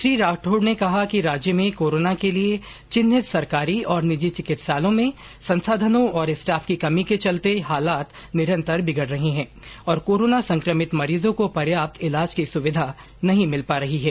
श्री राठौड़ ने कहा कि राज्य में कोरोना के लिए चिन्हित सरकारी और निजी चिकित्सालयों में संसाधनों और स्टाफ की कमी के चलते हालात निरंतर बिगड़ रहे हैं और कोरोना संक्रमित मरीजों को पर्याप्त इलाज की सुविधा नहीं मिल पा रही हैं